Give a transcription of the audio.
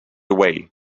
away